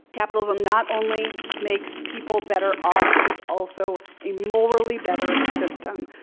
capitalism not only makes people better off. it is also a morally better system.